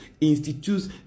institutes